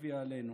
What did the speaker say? הביאה עלינו.